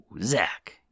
Zach